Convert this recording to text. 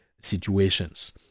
situations